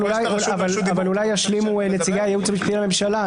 אבל אולי ישלימו נציגי הייעוץ המשפטי לממשלה.